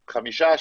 חמישה,